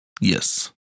Yes